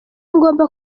ngomba